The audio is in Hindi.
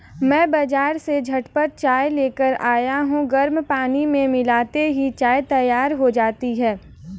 मैं बाजार से झटपट चाय लेकर आया हूं गर्म पानी में मिलाते ही चाय तैयार हो जाती है